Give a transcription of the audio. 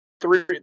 Three